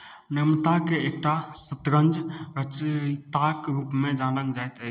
नमताके एक टा शतरञ्ज रचयिताक रूपमे जानल जाइत अइ